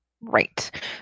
Right